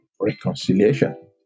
reconciliation